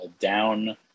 down